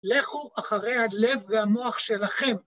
לכו אחרי הלב והמוח שלכם.